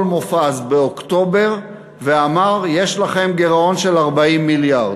מופז באוקטובר ואמר: יש לכם גירעון של 40 מיליארד.